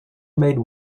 made